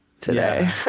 today